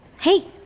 hey,